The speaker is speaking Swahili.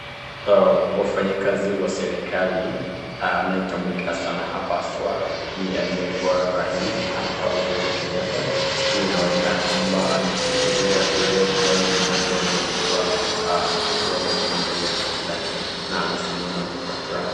Wafanyikazi wa serikali anayetambulika na hapa haswa ni aliyekuwa rais hapa Uhuru Kenyatta ,hii inaonekana kwamba anahudhuria sherehe fulani manake amebandikwa kitu fulani hapa hivi mbele ya koti lake na anasalimiwa na mtu kwa furaha.